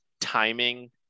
timing